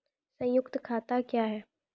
संयुक्त खाता क्या हैं?